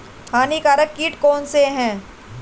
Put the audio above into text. हानिकारक कीट कौन कौन से हैं?